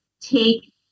take